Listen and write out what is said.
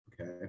Okay